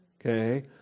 Okay